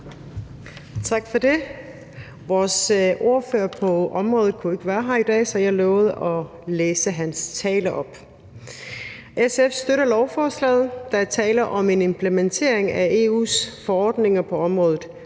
Tak for det. Vores ordfører på området kunne ikke være her i dag, så jeg har lovet at læse hans tale op. SF støtter lovforslaget. Der er tale om en implementering af EU's forordninger på området.